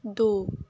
ਦੋ